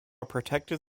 protected